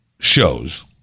Shows